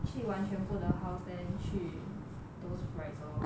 去玩全部的 house then 去 those frights lor